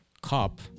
cop